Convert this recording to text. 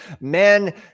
men